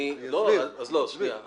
אני לא מבין